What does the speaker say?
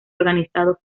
organizado